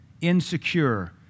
insecure